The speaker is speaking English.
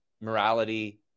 morality